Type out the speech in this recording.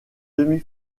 demi